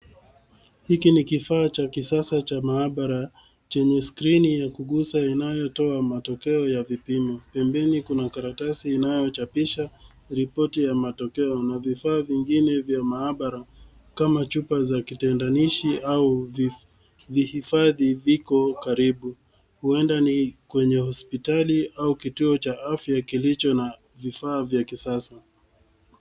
Hiki ni kifaa cha kisasa cha maabara chenye skrini ya kuguza inayotoa matokeo ya vipimo. Pembeni kuna karatasi inayochapisha ripoti ya matokeo na vifaa vingine vya maabara kama chupa za kitendanishi au vihifadhi viko karibu. Huenda ni kwenye hospitali au kituo cha afya kilicho na vifaa vya kisasa.